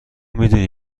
میدونی